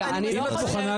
אה, את לא מוכנה?